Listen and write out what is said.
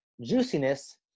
juiciness